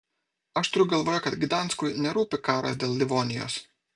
aš turiu galvoje kad gdanskui nerūpi karas dėl livonijos